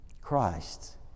Christ